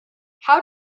how